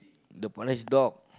the price dog